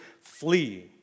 flee